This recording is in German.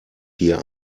hier